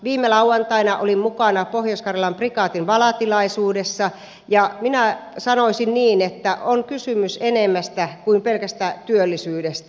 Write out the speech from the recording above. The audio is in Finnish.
viime lauantaina olin mukana pohjois karjalan prikaatin valatilaisuudessa ja minä sanoisin niin että on kysymys enemmästä kuin pelkästä työllisyydestä